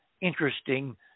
interesting